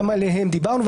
גם עליהם דיברנו,